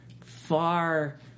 far